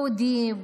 יהודים,